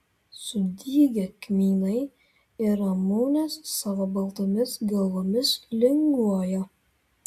sudygę kmynai ir ramunės savo baltomis galvomis linguoja